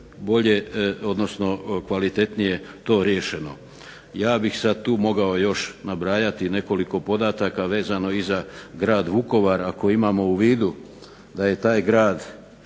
bolje, odnosno kvalitetnije to riješeno. Ja bih sad tu mogao još nabrajati nekoliko podataka vezano i za grad Vukovar. Ako imamo u vidu da je taj grad